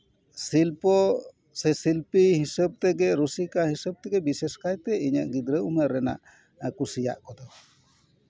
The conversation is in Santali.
ᱥᱤᱞᱯᱚ ᱥᱮ ᱥᱤᱞᱯᱤ ᱦᱤᱥᱟᱹᱵᱽ ᱛᱮᱜᱮ ᱨᱩᱥᱤᱠᱟ ᱦᱤᱥᱟᱹᱵᱽ ᱛᱮᱜᱮ ᱵᱤᱥᱮᱥ ᱠᱟᱭᱛᱮ ᱤᱧᱟᱹᱜ ᱜᱤᱫᱽᱨᱟᱹ ᱩᱢᱮᱨ ᱨᱮᱱᱟᱜ ᱠᱩᱥᱤᱭᱟᱜ ᱠᱚᱫᱚ